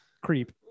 creep